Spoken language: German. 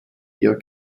ihr